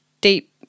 deep